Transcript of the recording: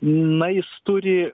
na jis turi